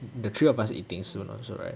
the three of us eating soon also right